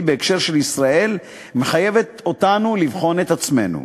בהקשר של ישראל מחייבת אותנו לבחון את עצמנו,